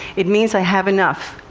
it means i have enough.